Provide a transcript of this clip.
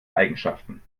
eigenschaften